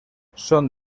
son